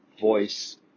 voice